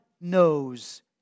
knows